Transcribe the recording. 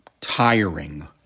tiring